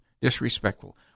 disrespectful